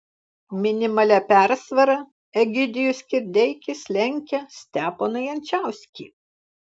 minimalia persvara egidijus kirdeikis lenkia steponą jančauskį